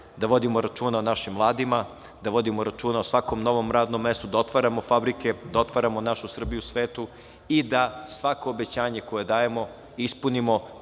da vodimo računa o našim mladima, da vodimo računa o svakom novom radnom mestu, da otvaramo fabrike, da otvaramo našu Srbiju svetu i da svako obećanje koje dajemo ispunimo,